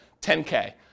10K